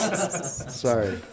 sorry